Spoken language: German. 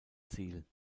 ziel